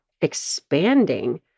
expanding